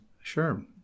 sure